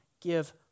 give